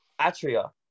Atria